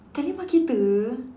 telemarketer